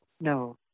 No